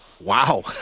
wow